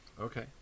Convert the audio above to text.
Okay